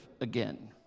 again